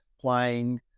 playing